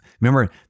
remember